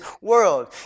world